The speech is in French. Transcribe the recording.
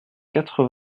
quatre